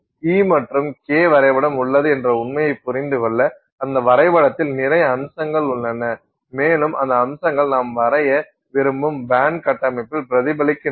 E மற்றும் k வரைபடம் உள்ளது என்ற உண்மையைப் புரிந்து கொள்ள அந்த வரைபடத்தில் நிறைய அம்சங்கள் உள்ளன மேலும் அந்த அம்சங்கள் நாம் வரைய விரும்பும் பேண்ட் கட்டமைப்பில் பிரதிபலிக்கின்றன